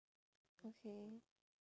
okay